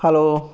hello